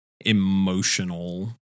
emotional